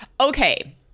Okay